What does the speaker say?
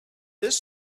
this